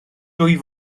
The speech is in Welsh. dwy